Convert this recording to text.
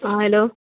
हँ हेलो